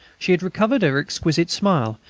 she had recovered her exquisite smile,